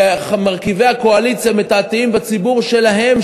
ומרכיבי הקואליציה מתעתעים בציבור שלהם,